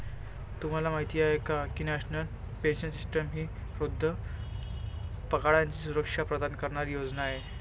तुम्हाला माहिती आहे का की नॅशनल पेन्शन सिस्टीम ही वृद्धापकाळाची सुरक्षा प्रदान करणारी योजना आहे